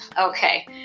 Okay